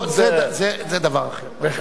זה דבר אחר.